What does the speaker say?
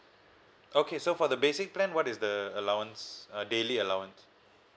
okay so for the basic plan what is the allowance uh daily allowance